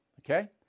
Okay